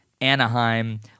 Anaheim